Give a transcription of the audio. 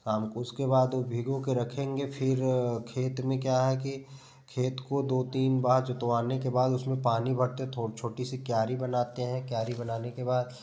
शाम को उसके बाद वो भिगो के रखेंगे फिर खेत में क्या है कि खेत को दो तीन बार जुतवाने के बाद उसमें पानी भरते थो छोटी सी क्यारी बनाते हैं क्यारी बनाने के बाद